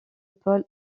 paul